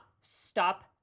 stop